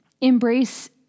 embrace